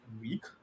week